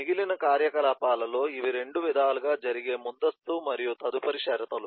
మిగిలిన కార్యకలాపాలలో ఇవి రెండు విధాలుగా జరిగే ముందస్తు మరియు తదుపరి షరతులు